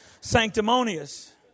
sanctimonious